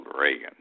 Reagan